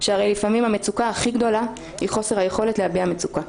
שהרי לפעמים המצוקה הכי גדולה היא חוסר היכולת להביע מצוקה.